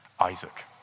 Isaac